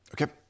Okay